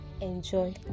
enjoy